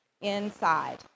inside